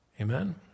Amen